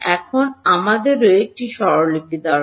এখন আমাদেরও একটি স্বরলিপি দরকার